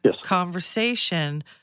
conversation